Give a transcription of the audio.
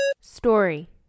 Story